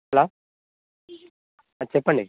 hello చెప్పండి